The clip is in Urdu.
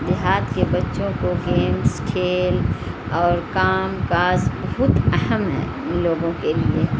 دیہات کے بچوں کو گیمس کھیل اور کام کاج بہت اہم ہے ان لوگوں کے لیے